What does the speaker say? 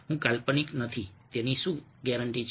હું કાલ્પનિક નથી તેની શું ગેરંટી છે